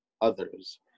others